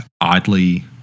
oddly